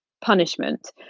punishment